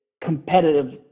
competitive